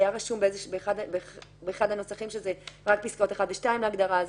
היה רשום באחד הנוסחים שזה רק פסקאות אחת ושתיים להגדרה.